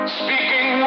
speaking